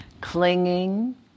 Clinging